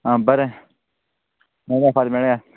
आं बरें बरें फाल्यां मेळया